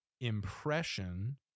impression